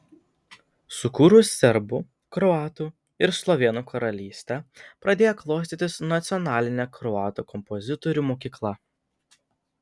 sukūrus serbų kroatų ir slovėnų karalystę pradėjo klostytis nacionalinė kroatų kompozitorių mokykla